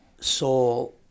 soul